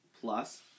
plus